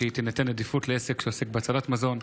שתינתן עדיפות לעסק שעוסק בהצלת מזון.